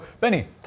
Benny